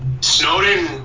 Snowden